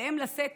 עליהם לשאת